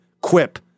Quip